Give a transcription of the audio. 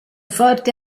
forte